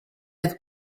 i’ve